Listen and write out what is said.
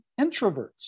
introverts